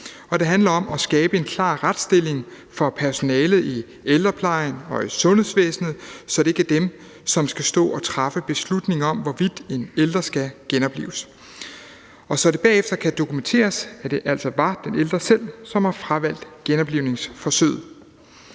det handler om at skabe en klar retsstilling for personalet i ældreplejen og i sundhedsvæsenet, så det ikke er dem, som skal stå og træffe beslutning om, hvorvidt en ældre skal genoplives, og så det bagefter kan dokumenteres, at det altså var den ældre selv, som havde fravalgt genoplivningsforsøg.